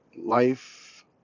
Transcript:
Life